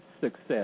success